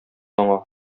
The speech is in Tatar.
аңа